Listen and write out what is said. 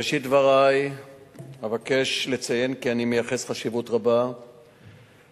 בראשית דברי אבקש לציין כי אני מייחס חשיבות רבה לפעילות